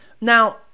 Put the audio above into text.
Now